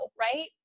right